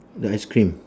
the ice cream